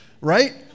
right